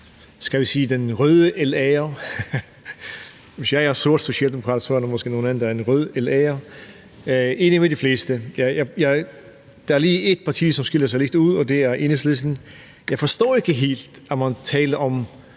skal vi sige røde LA'er. Hvis jeg er en sort socialdemokrat, er der måske en anden, der er en rød LA'er. Men som sagt er jeg enig med de fleste. Der er lige ét parti, som skiller sig lidt ud, og det er Enhedslisten. Jeg forstår ikke helt, at der, når man taler om